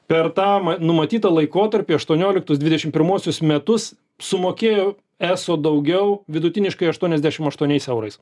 per tam numatytą laikotarpį aštuonioliktus dvidešimt pirmuosius metus sumokėjo eso daugiau vidutiniškai aštuoniasdešimt aštuoniais eurais